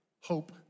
hope